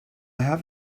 have